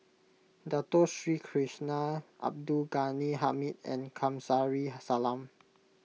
Dato Sri Krishna Abdul Ghani Hamid and Kamsari Salam